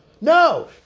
no